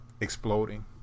exploding